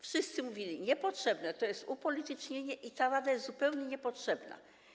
Wszyscy mówili: niepotrzebne, to jest upolitycznienie i ta rada jest zupełnie niepotrzebna.